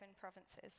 provinces